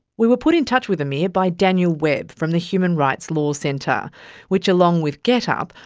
we were put in touch with amir by daniel webb from the human rights law centre which, along with getup,